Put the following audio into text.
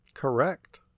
correct